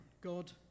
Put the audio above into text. god